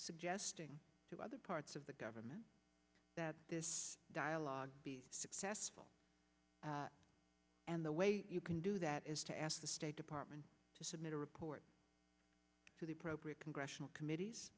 suggesting to other parts of the government that this dialogue be successful and the way you can do that is to ask the state department to submit a report to the appropriate congressional committees